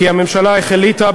כי הממשלה החליטה,